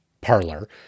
parlor